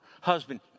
Husband